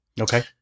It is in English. Okay